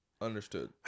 Understood